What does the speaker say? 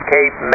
Cape